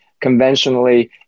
conventionally